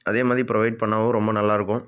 அதே மாதிரி ப்ரொவைட் பண்ணிணாவும் ரொம்ப நல்லாயிருக்கும்